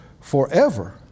forever